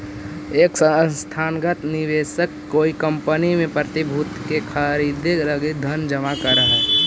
एक संस्थागत निवेशक कोई कंपनी के प्रतिभूति के खरीदे लगी धन जमा करऽ हई